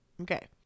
Okay